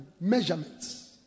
measurements